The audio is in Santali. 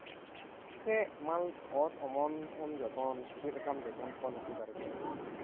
ᱥᱮ ᱮᱢᱟᱱ ᱚᱛ ᱚᱢᱚᱱᱮᱢ ᱡᱚᱛᱚᱱ ᱪᱮᱫ ᱞᱮᱠᱟᱢ ᱡᱚᱛᱚᱱ ᱠᱚᱣᱟ ᱱᱩᱠᱩ ᱫᱟᱨᱮ ᱠᱚ